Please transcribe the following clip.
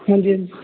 ਹਾਂਜੀ ਹਾਂਜੀ